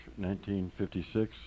1956